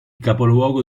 capoluogo